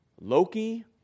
Loki